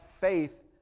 faith